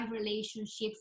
relationships